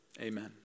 amen